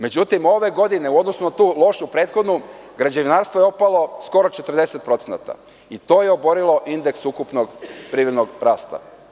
Međutim, ove godine u odnosu na tu lošu prethodnu, građevinarstvo je opalo skoro 40% i to je oborilo indeks ukupnog privrednog rasta.